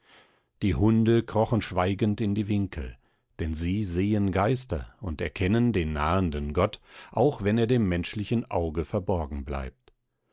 die hunde krochen schweigend in die winkel denn sie sehen geister und erkennen den nahenden gott auch wenn er dem menschlichen auge verborgen bleibt